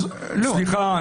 אז סליחה,